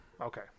okay